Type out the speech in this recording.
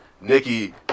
nikki